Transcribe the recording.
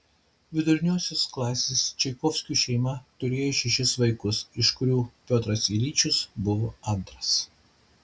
viduriniosios klasės čaikovskių šeima turėjo šešis vaikus iš kurių piotras iljičius buvo antras